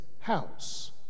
house